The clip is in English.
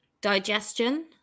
digestion